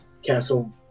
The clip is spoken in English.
Castle